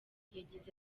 yagize